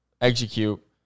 execute